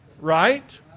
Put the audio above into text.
Right